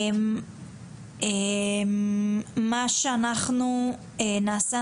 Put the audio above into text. מה שאנחנו נעשה,